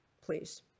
please